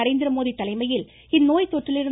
நரேந்திரமோடி தலைமையில் இந்நோய் தொற்றிலிருந்து